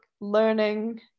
learning